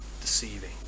deceiving